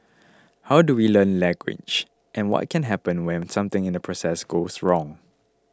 how do we learn language and what can happen when something in the process goes wrong